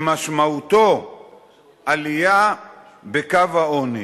שמשמעותו עלייה בקו העוני.